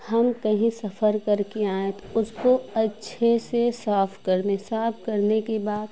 हम कहीं सफर करके आएँ तो उसको अच्छे से साफ करने साफ करने के बाद